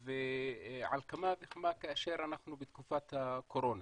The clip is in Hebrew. ועל כמה וכמה כאשר אנחנו בתקופת הקורונה.